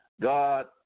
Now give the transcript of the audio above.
God